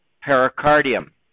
pericardium